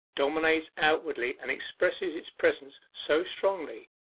dominates outwardly and expresses its presence so strongly,